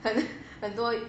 很很多